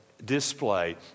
Display